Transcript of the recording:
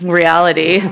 reality